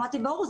אמרתי 'ברור,